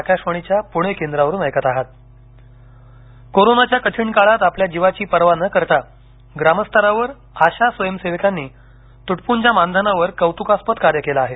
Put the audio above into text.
आशा स्वयंसेविका इंट्रो कोरोनाच्या कठीण काळात आपल्या जिवाची पर्वा न करता ग्राम स्तरावर आशा स्वयंसेविकांनी तुटपूंज्या मानधनावर कौतुकास्पद कार्य केले आहे